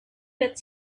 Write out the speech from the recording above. that